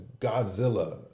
Godzilla